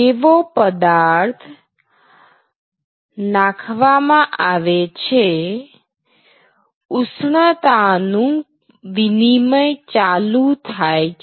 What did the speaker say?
જેવો પદાર્થ નાખવામાં આવે છે ઉષ્ણતા નું વિનિમય ચાલુ થાય છે